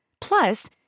Plus